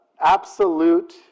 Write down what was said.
absolute